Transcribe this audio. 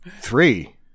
Three